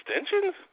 extensions